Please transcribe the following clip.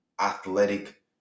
athletic